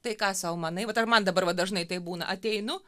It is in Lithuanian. tai ką sau manai vat ar man dabar va dažnai taip būna ateinu